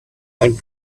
and